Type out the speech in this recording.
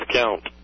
count